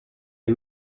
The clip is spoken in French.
les